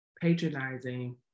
patronizing